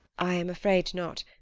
i am afraid not.